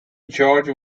george